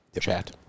Chat